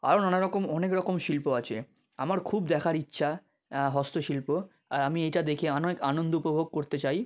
আরও নানা রকম অনেক রকম শিল্প আছে আমার খুব দেখার ইচ্ছা হস্তশিল্প আর আমি এইটা দেখে অনেক আনন্দ উপভোগ করতে চাই